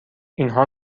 اینها